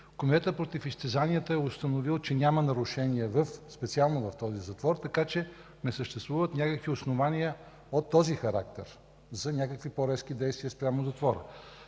Комитетът против изтезанията е установил, че няма нарушения специално в този затвор, така че не съществуват някакви основания от този характер за някакви по-резки действия спрямо затвора.